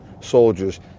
soldiers